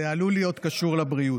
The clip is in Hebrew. זה גם עלול להיות קשור לבריאות.